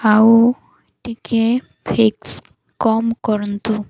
ଆଉ ଟିକେ ଫିକ୍ସ କମ୍ କରନ୍ତୁ